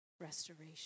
restoration